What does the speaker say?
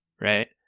right